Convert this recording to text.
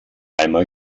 einmal